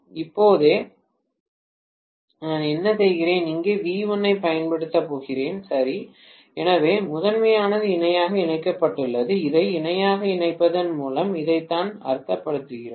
இப்போதே நான் என்ன செய்கிறேன் இங்கே V1 ஐப் பயன்படுத்தப் போகிறேன் சரி எனவே முதன்மையானது இணையாக இணைக்கப்பட்டுள்ளது இதை இணையாக இணைப்பதன் மூலம் இதைத்தான் அர்த்தப்படுத்துகிறோம்